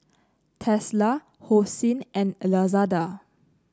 Tesla Hosen and Lazada